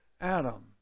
Adam